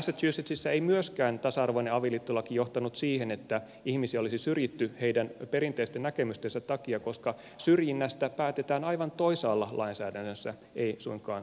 massachusettsissa ei myöskään tasa arvoinen avioliittolaki johtanut siihen että ihmisiä olisi syrjitty heidän perinteisten näkemystensä takia koska syrjinnästä päätetään aivan toisaalla lainsäädännössä ei suinkaan avioliittolaissa